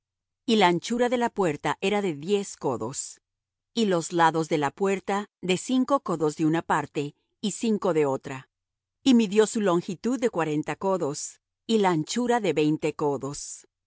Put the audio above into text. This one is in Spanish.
y la anchura de la puerta era de diez codos y los lados de la puerta de cinco codos de una parte y cinco de otra y midió su longitud de cuarenta codos y la anchura de veinte codos